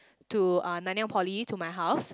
to uh Nanyang-Poly to my house